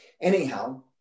Anyhow